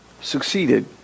succeeded